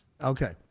Okay